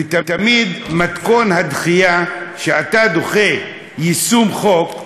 ותמיד מתכון הדחייה, כשאתה דוחה יישום חוק,